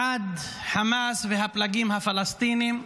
עד חמאס והפלגים הפלסטיניים,